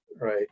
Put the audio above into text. right